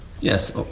yes